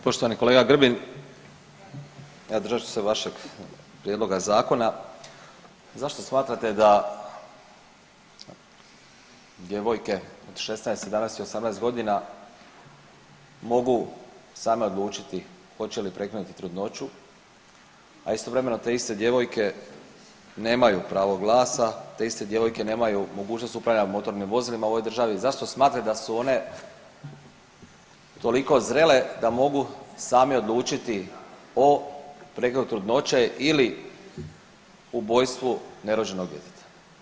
Poštovani kolega Grbin, evo držat ću se vašeg prijedloga zakona, zašto smatrate da djevojke 16, 17 i 18 godina mogu same odlučiti hoće li prekinuti trudnoću, a istovremeno te iste djevojke nemaju pravo glasa, te iste djevojke nemaju mogućnost upravljanja motornim vozilima u ovoj državi, zašto smatraju da su one toliko zrele da mogu sami odlučiti o prekidu trudnoće ili ubojstvu nerođenog djeteta